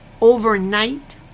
overnight